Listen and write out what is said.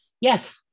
Yes